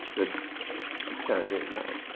but it's changing now but